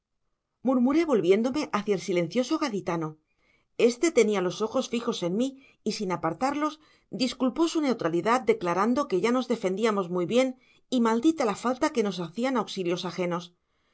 ayuda murmuré volviéndome hacia el silencioso gaditano este tenía los ojos fijos en mí y sin apartarlos disculpó su neutralidad declarando que ya nos defendíamos muy bien y maldita la falta que nos hacían auxilios ajenos